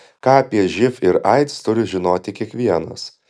ką apie živ ir aids turi žinoti kiekvienas